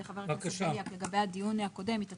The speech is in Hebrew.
חבר הכנסת בליאק לגבי הדיון הראשון שהיה